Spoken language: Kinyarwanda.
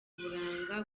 buranga